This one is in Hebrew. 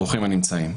ברוכים הנמצאים.